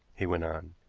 he went on.